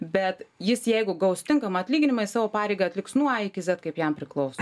bet jis jeigu gaus tinkamą atlyginimą jis savo pareigą atliks nuo a iki zet kaip jam priklauso